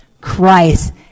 Christ